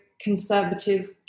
conservative